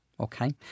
Okay